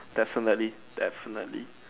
definitely definitely